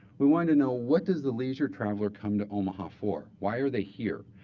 we want to know, what does the leisure traveler come to omaha for? why are they here?